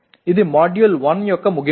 ఇది మాడ్యూల్ 1 యొక్క ముగింపు